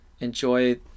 enjoy